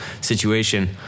situation